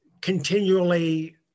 continually